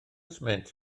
sment